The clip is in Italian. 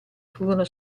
furono